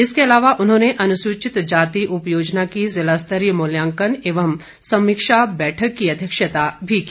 इसके अलावा उन्होंने अनुसुचित जाति उपयोजना की जिलास्तरीय मुल्यांकन एवं समीक्षा बैठक की अध्यक्षता भी की